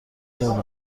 سال